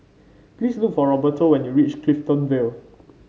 please look for Roberto when you reach Clifton Vale